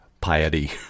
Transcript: piety